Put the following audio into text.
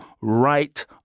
right